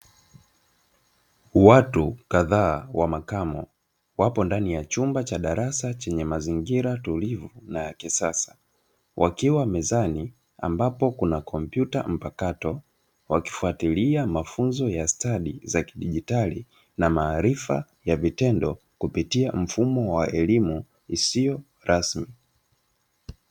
Watu kadhaa wa makamo wapo ndani ya chumba chenye mazingira tulivu na ya kisasa wakiwa ndani ya chumba ambacho kina kompyuta mpakato wakijifunza mambo ya kidigitali na stadi wakijifunza mfumo wa elimu isiyo rasmi.